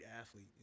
athlete